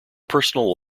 personal